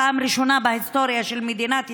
פעם ראשונה בהיסטוריה של מדינת ישראל,